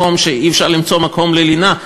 מקום שאי-אפשר למצוא בו אפשרות לינה.